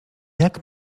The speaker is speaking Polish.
jak